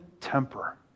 temper